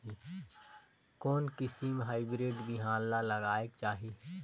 कोन किसम हाईब्रिड बिहान ला लगायेक चाही?